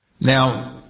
Now